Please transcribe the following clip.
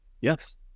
Yes